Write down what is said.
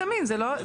נכון.